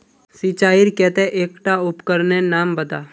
सिंचाईर केते एकटा उपकरनेर नाम बता?